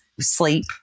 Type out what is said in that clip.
sleep